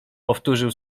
powtórzył